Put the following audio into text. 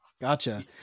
Gotcha